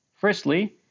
Firstly